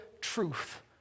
truth